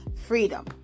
freedom